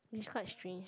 which is quite strange